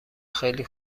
خیلی